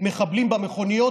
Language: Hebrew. מחבלים במכוניות.